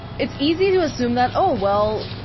it's easy to assume that, oh, well,